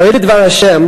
חרד לדבר ה',